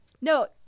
No